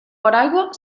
paraigua